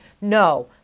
no